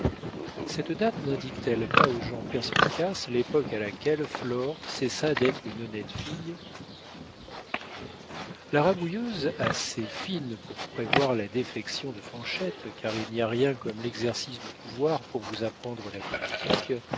cette date nindique t elle pas aux gens perspicaces l'époque à laquelle flore cessa d'être une honnête fille la rabouilleuse assez fine pour prévoir la défection de fanchette car il n'y a rien comme l'exercice du pouvoir pour vous apprendre la politique